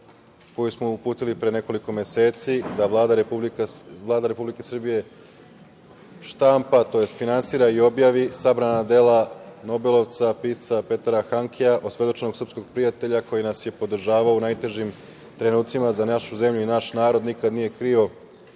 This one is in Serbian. koju smo uputili pre nekoliko meseci da Vlada Republike Srbije štampa tj. finansira i objavi sabrana dela nobelovca, pisca Petera Hankea, osvedočenog srpskog prijatelja koji nas je podržavao u najtežim trenucima za našu zemlju i naš narod, nikada nije krio